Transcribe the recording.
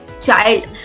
child